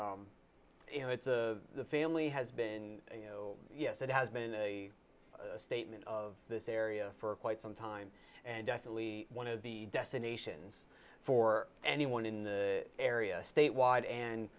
you know it's the family has been you know yes it has been a statement of this area for quite some time and definitely one of the destinations for anyone in the area statewide and